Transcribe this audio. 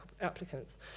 applicants